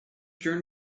during